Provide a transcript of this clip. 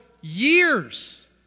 years